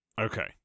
Okay